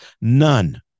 None